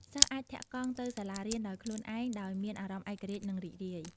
សិស្សអាចធាក់កង់ទៅសាលារៀនដោយខ្លួនឯងដោយមានអារម្មណ៍ឯករាជ្យនិងរីករាយ។